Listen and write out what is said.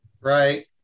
right